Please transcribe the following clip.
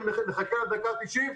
אם נחכה עד הדקה התשעים,